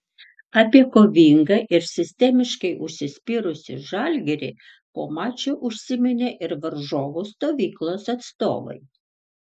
apie kovingą ir sistemiškai užsispyrusį žalgirį po mačo užsiminė ir varžovų stovyklos atstovai